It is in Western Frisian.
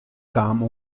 kaam